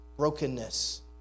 brokenness